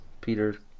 Peter